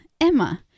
Emma